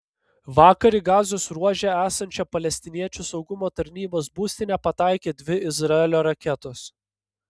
vakar į gazos ruože esančią palestiniečių saugumo tarnybos būstinę pataikė dvi izraelio raketos